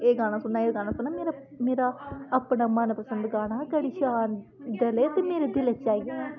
एह् गाना सुनना एह् गाना सुनना मेरा मेरा अपना मनपसंद गाना हा कभी चांद डले ते मेरे दिलै च आई जाएयां